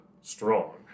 strong